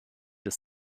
des